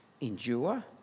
endure